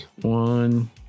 One